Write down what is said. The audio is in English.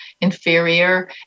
inferior